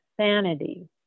sanity